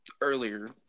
earlier